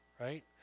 right